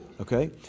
okay